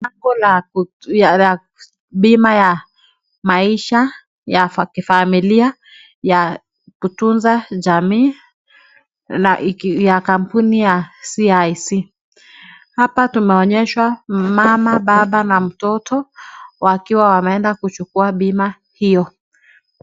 Bango la bima ya maisha ya kifamilia ya kutunza jamii ya kampuni ya CIC. Hapa tumeonyeshwa mama, baba na mtoto wakiwa wameenda kuchukua bima hiyo.